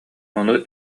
ону